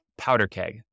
powderkeg